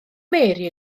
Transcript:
mary